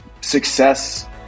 success